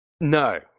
no